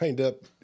up